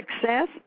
Success